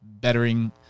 bettering